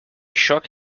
shook